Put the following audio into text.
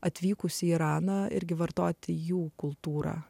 atvykusi į iraną irgi vartoti jų kultūrą